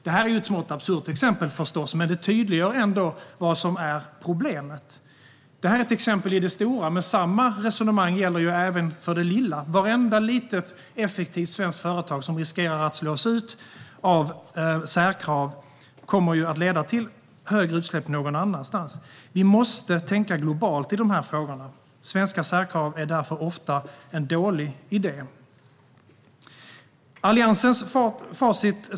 Detta exempel är förstås smått absurt, men det tydliggör ändå vari problemet ligger. Det är ett exempel i det stora, men samma resonemang gäller även för det lilla. Vartenda litet effektivt svenskt företag som slås ut av särkrav leder till att utsläppen ökar någon annanstans. Vi måste tänka globalt i dessa frågor. Svenska särkrav är därför ofta en dålig idé. Jag ska säga något om Alliansens facit.